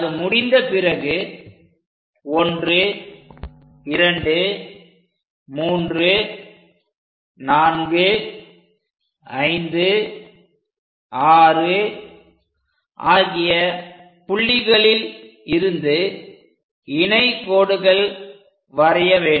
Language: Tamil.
அது முடிந்த பிறகு 1 2 3 4 5 6 ஆகிய புள்ளிகளில் இருந்து இணை கோடுகள் வரைய வேண்டும்